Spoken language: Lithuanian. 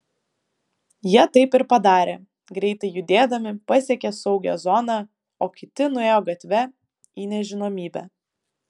jie taip ir padarė greitai judėdami pasiekė saugią zoną o kiti nuėjo gatve į nežinomybę